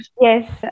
Yes